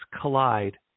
collide